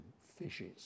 fishes